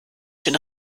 schön